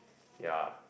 ya